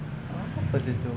apa seh tu